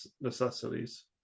necessities